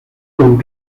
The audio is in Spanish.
con